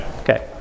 Okay